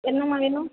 என்னம்மா வேணும்